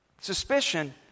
Suspicion